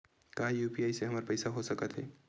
का यू.पी.आई से हमर पईसा हो सकत हे?